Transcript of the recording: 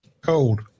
Cold